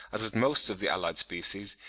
as with most of the allied species,